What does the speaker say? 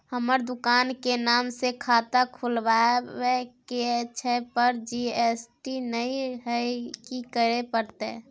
हमर दुकान के नाम से खाता खुलवाबै के छै पर जी.एस.टी नय हय कि करे परतै?